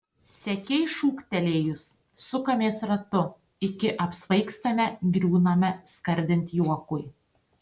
sekei šūktelėjus sukamės ratu iki apsvaigstame griūname skardint juokui